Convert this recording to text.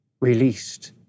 released